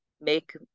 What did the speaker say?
make